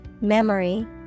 memory